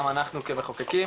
גם אנחנו כמחוקקים